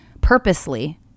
purposely